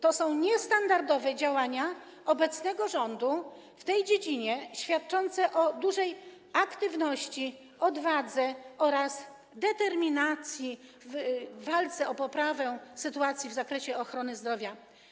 To są niestandardowe działania obecnego rządu w tej dziedzinie świadczące o dużej aktywności, odwadze oraz determinacji w walce o poprawę sytuacji w zakresie ochrony zdrowia.